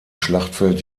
schlachtfeld